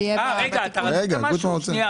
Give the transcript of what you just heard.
רגע אתה רצית משהו?